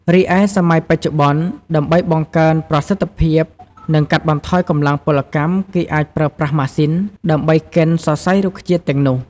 រីឯសម័យបច្ចុប្បន្ន ដើម្បីបង្កើនប្រសិទ្ធភាព និងកាត់បន្ថយកម្លាំងពលកម្ម គេអាចប្រើប្រាស់ ម៉ាស៊ីន ដើម្បីកិនសរសៃរុក្ខជាតិទាំងនោះ។